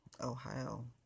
ohio